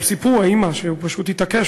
הם סיפרו, האימא, שהוא פשוט התעקש.